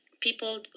people